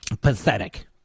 Pathetic